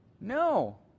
No